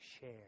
share